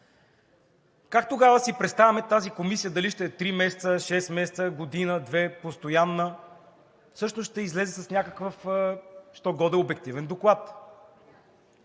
Как тогава си представяме тази комисия дали ще е три месеца, шест месеца, година, две, постоянна? Всъщност ще излезе с някакъв що-годе обективен доклад.